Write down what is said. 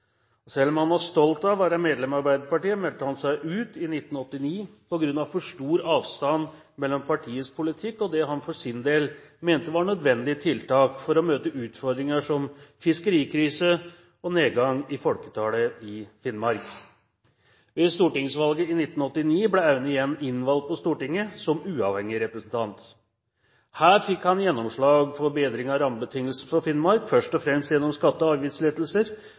1973. Selv om han var stolt av å være medlem av Arbeiderpartiet, meldte han seg ut i 1989 på grunn av for stor avstand mellom partiets politikk og det han for sin del mente var nødvendige tiltak for å møte utfordringer som fiskerikrise og nedgang i folketallet i Finnmark. Ved stortingsvalget i 1989 ble Aune igjen innvalgt på Stortinget som uavhengig representant. Her fikk han gjennomslag for bedring av rammebetingelsene for Finnmark, først og fremst gjennom skatte- og avgiftslettelser,